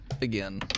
Again